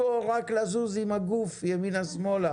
אתה רוצה להגיד משהו או רק לזוז עם הגוף ימינה ושמאלה?